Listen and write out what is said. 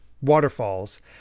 waterfalls